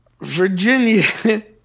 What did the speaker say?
Virginia